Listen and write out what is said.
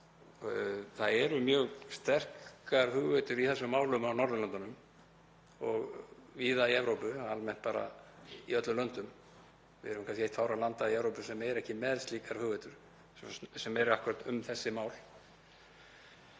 Það eru mjög sterkar hugveitur í þessum málum á Norðurlöndunum og víða í Evrópu almennt, í öllum löndum. Við erum kannski eitt fárra landa í Evrópu sem eru ekki með slíkar hugmyndir um akkúrat þessi mál.